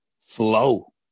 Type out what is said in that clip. flow